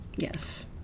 Yes